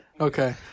okay